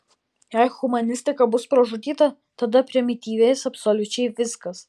jei humanistika bus pražudyta tada primityvės absoliučiai viskas